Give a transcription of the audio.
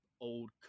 old